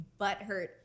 butthurt